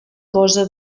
cosa